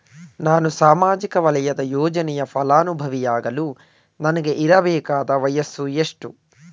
ನಾನು ಸಾಮಾಜಿಕ ವಲಯದ ಯೋಜನೆಯ ಫಲಾನುಭವಿಯಾಗಲು ನನಗೆ ಇರಬೇಕಾದ ವಯಸ್ಸುಎಷ್ಟು?